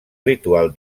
ritual